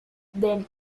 then